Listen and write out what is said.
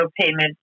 payment